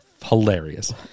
hilarious